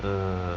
mm